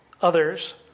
others